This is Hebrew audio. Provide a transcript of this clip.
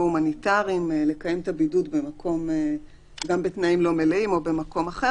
הומניטריים לקיים את הבידוד גם בתנאים לא מלאים או במקום אחר,